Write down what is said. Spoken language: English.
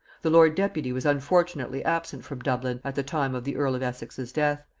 the lord-deputy was unfortunately absent from dublin at the time of the earl of essex's death,